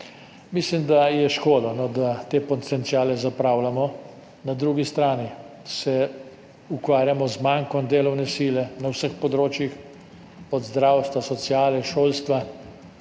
Mislim, da je škoda, da zapravljamo te potenciale. Na drugi strani se ukvarjamo z mankom delovne sile na vseh področjih, od zdravstva, sociale, šolstva,